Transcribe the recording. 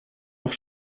auf